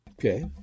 Okay